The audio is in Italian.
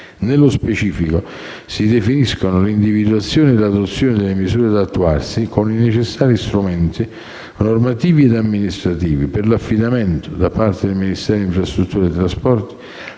Nello specifico, si definiscono l'individuazione e l'adozione delle misure da attuarsi, con i necessari strumenti normativi e amministrativi, per l'affidamento da parte del Ministero delle infrastrutture e dei trasporti